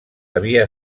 havia